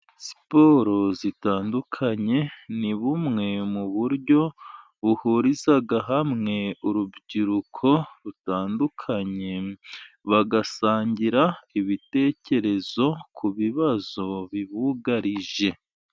Siporo zitandukanye ni bumwe mu buryo buhuriza hamwe urubyiruko rutandukanye bagasangira ibitekerezo ku bibazo bibugarije.